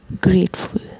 grateful